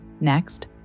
Next